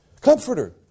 Comforter